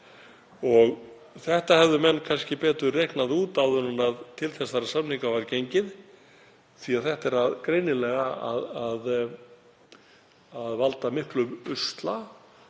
Þetta hefðu menn kannski betur reiknað út áður en til þessara samninga var gengið því að þetta veldur greinilega miklum usla.